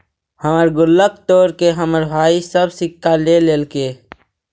हमर गुल्लक तोड़के हमर भाई सब सिक्का ले लेलके